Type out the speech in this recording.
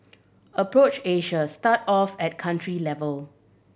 approach Asia start off at country level